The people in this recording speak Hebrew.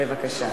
בבקשה.